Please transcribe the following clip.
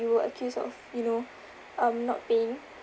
you were accused of you know um not paying